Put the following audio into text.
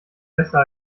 besser